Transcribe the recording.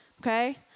okay